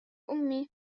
أمي